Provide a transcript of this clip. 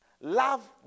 love